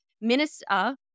minister